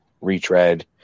retread